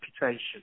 reputation